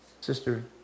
Sister